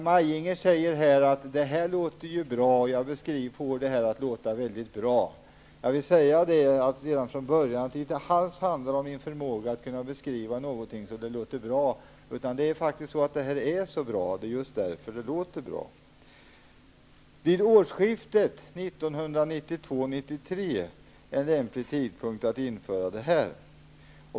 Maj-Inger Klingvall säger att jag får det att låta mycket bra. Jag vill säga redan från början att det inte alls handlar om min förmåga att beskriva någonting så att det låter bra. Det är faktiskt så att det här låter bra därför att det är så bra. Årsskiftet 1992-1993 är en lämplig tidpunkt att införa det här.